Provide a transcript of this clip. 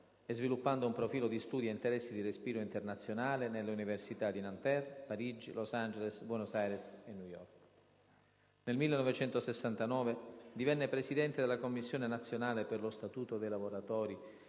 e sviluppando un profilo di studi e interessi di respiro internazionale nelle università di Nanterre, Parigi, Los Angeles, Buenos Aires e New York. Nel 1969 divenne Presidente della Commissione nazionale per lo Statuto dei lavoratori,